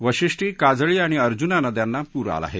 वाशिष्ठी काजळी आणि अर्जुना नद्यांना पूर आला आहे